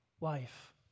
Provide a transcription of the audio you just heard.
life